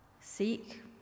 Seek